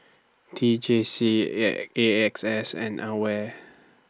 T J C A X S and AWARE